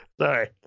Sorry